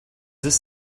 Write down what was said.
this